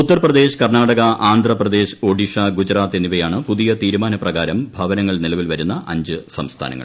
ഉത്തർപ്രദേശ് കർണ്ണാടക ആന്ധ്രാപ്രദേശ് ഒഡിഷ ഗുജറാത്ത് എന്നിവയാണ് പുതിയ തീരുമാനപ്രകാരം ഭവനങ്ങൾ നിലവിൽ വരുന്ന അഞ്ച് സംസ്ഥാനങ്ങൾ